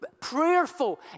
prayerful